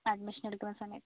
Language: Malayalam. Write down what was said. അഡ്മിഷൻ എടുക്കുന്ന സമയത്ത്